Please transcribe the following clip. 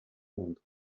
mundo